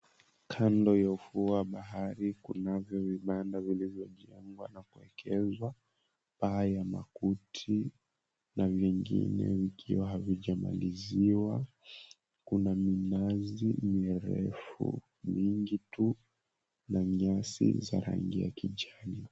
Kando ya ufuo wa bahari kunavyo vibanda vilivyojengwa na kuwekezwa paa ya makuti na vingine vikiwa havijamaliziwa. Kuna minazi mirefu mingi tu na nyasi za rangi ya kijani.